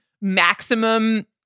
maximum